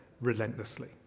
relentlessly